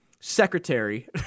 secretary